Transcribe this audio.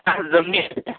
আৰু